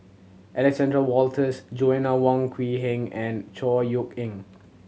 Alexander Wolters Joanna Wong Quee Heng and Chor Yeok Eng